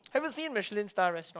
haven't seen Michelin star restaurant